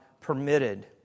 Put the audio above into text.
permitted